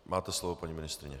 Máte slovo, paní ministryně.